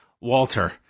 walter